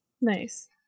Nice